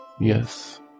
Yes